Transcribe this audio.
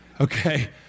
okay